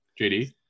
JD